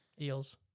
eels